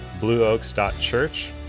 blueoaks.church